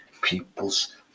people's